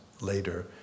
later